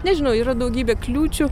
nežinau yra daugybė kliūčių